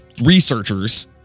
researchers